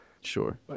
Sure